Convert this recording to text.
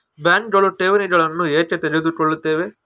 ಬ್ಯಾಂಕುಗಳು ಠೇವಣಿಗಳನ್ನು ಏಕೆ ತೆಗೆದುಕೊಳ್ಳುತ್ತವೆ?